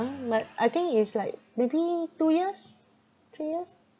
mm but I think is like maybe two years three years